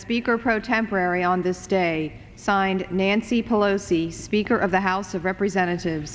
speaker pro temporary on this day signed nancy pelosi speaker of the house of representatives